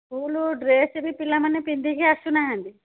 school dress ବି ପିଲାମାନେ ପିନ୍ଧିକି ଆସୁ ନାହାନ୍ତି